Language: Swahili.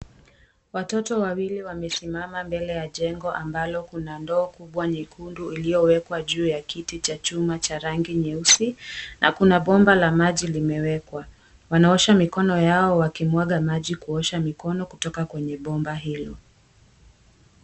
Watoto wawili wamesimama mbele ya jengo ambalo kuna ndoo kubwa ntekundu iliyowekwa juu ya kiti cha chuma cha rangi nyeusi na kuna bomba la maji limewekwa. Wanaosha mikono yao wakumwaga maji kuosha mikono kutoka kwenye bomba hilo.